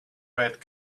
red